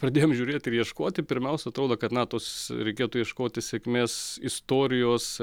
pradėjom žiūrėt ir ieškoti pirmiausia atrodo kad na tos reikėtų ieškoti sėkmės istorijos